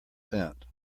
cent